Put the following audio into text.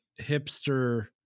hipster